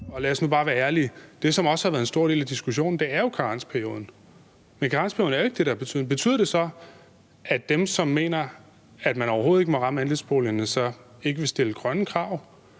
bare være ærlige – også har været en stor del af diskussionen, er jo karensperioden, men karensperioden er jo ikke det, der har betydning. Betyder det så, at dem, som mener, at man overhovedet ikke må ramme andelsboligerne, ikke vil stille grønne krav,